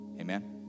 Amen